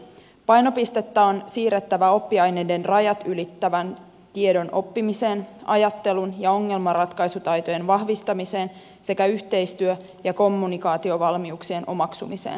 painopistettä on siirrettävä oppiaineiden rajat ylittävän tiedon oppimiseen ajattelun ja ongelmanratkaisutaitojen vahvistamiseen sekä yhteistyö ja kommunikaatiovalmiuksien omaksumiseen